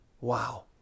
Wow